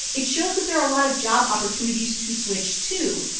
it shows that there are a lot of job opportunities to switch to.